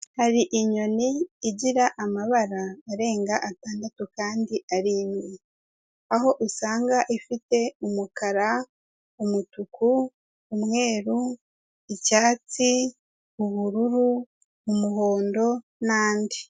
Hari inyoni igira amabara arenga atandatu kandi ari imwe, aho usanga ifite umukara, umutuku, umweru, icyatsi, ubururu, umuhondo n'andi.